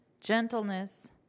gentleness